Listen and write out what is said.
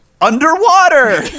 underwater